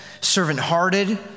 servant-hearted